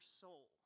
soul